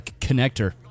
connector